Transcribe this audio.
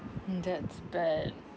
mm that's bad